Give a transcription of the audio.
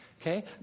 Okay